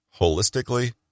holistically